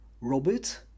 Robert